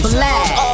Black